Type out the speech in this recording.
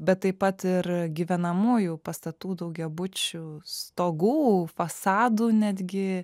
bet taip pat ir gyvenamųjų pastatų daugiabučių stogų fasadų netgi